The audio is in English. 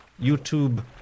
YouTube